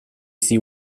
see